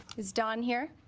is done here